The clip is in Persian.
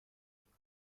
چندلر